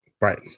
Right